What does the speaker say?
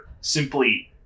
simply